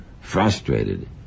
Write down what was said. frustrated